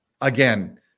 Again